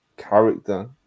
character